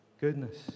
Goodness